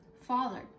Father